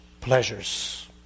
pleasures